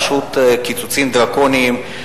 פשוט קיצוצים דרקוניים,